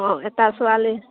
অঁ এটা ছোৱালী